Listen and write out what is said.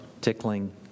tickling